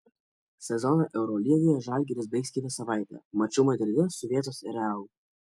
sezoną eurolygoje žalgiris baigs kitą savaitę maču madride su vietos real